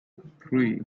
three